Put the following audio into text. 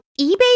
eBay